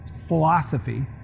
philosophy